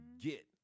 get